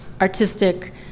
artistic